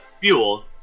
fuel